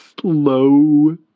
slow